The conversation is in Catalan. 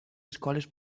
escoles